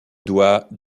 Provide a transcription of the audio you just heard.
doigts